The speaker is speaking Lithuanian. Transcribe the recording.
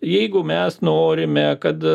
jeigu mes norime kad